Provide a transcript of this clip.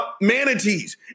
manatees